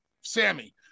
Sammy